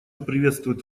приветствует